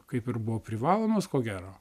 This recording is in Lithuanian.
kaip ir buvo privalomos ko gero